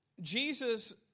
Jesus